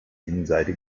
innenseite